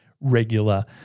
regular